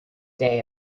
day